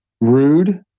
rude